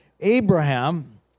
Abraham